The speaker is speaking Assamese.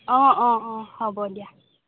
অ অ হ'ব দিয়া